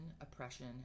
oppression